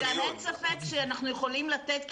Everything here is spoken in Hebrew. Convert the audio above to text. וגם אין ספק שאנחנו יכולים לתת כמוזיאונים,